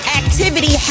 activity